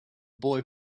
boy